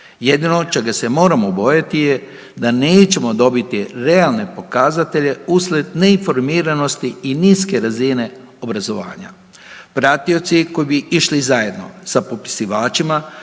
Jedino čega se moramo bojati je da nećemo dobiti realne pokazatelje uslijed neinformiranosti i niske razine obrazovanja. Pratioci koji bi išli zajedno sa popisivačima